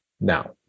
now